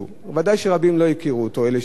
ודאי שרבים לא הכירו אותו, מאלה שהגיעו.